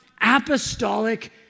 apostolic